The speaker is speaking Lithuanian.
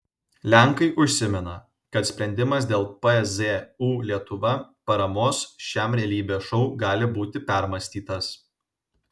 lenkai užsimena kad sprendimas dėl pzu lietuva paramos šiam realybės šou gali būti permąstytas